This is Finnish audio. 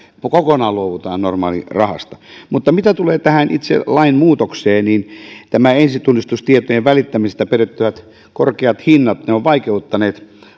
kokonaan luovutaan normaalirahasta mutta mitä tulee tähän itse lainmuutokseen niin nämä ensitunnistustietojen välittämisestä perittävät korkeat hinnat ovat vaikeuttaneet